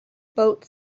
boat